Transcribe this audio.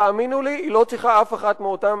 תאמינו לי, היא לא צריכה אף אחת מאותן